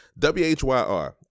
WHYR